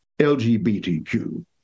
LGBTQ